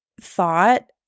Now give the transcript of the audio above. thought –